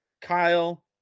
Kyle